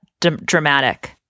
dramatic